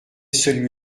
celui